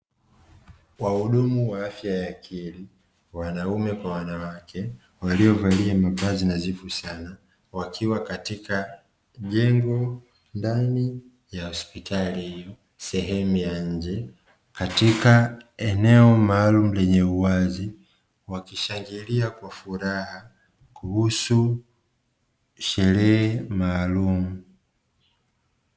Wahudumu wa afya ya akili, wanaume kwa wanawake, waliovalia mavazi nadhifu sana, wakiwa katika jengo ndani ya hospitali hii; sehemu ya nje katika eneo maalumu lenye uwazi, wakishangilia kwa furaha kuhusu sherehe maalumu.